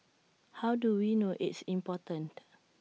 how do we know it's important